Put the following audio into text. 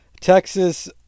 Texas